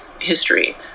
history